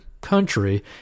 country